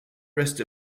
rest